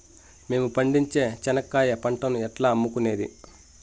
మేము పండించే చెనక్కాయ పంటను ఎట్లా అమ్ముకునేది?